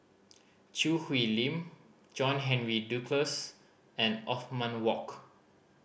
Choo Hwee Lim John Henry Duclos and Othman Wok